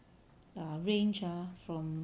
err range ah from